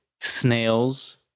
snails